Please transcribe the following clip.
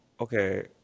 okay